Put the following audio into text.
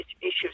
issues